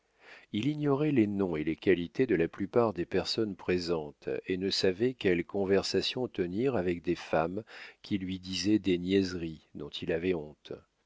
il ignorait les noms et les qualités de la plupart des personnes présentes et ne savait quelle conversation tenir avec des femmes qui lui disaient des niaiseries dont il avait honte